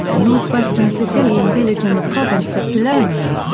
a north-western sicilian village in the province of palermo.